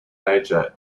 nature